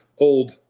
old